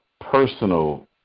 personal